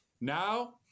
Now